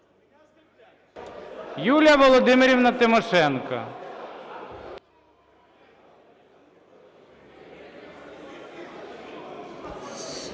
Юлія Володимирівна Тимошенко.